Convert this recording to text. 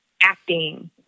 acting